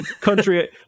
Country